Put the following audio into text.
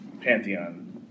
Pantheon